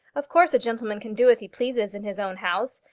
of course a gentleman can do as he pleases in his own house.